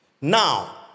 Now